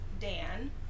Dan